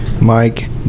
Mike